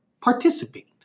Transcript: participate